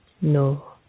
No